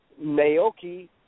Naoki